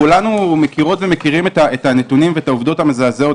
כולנו מכירות ומכירים את הנתונים ואת העובדות המזעזעות,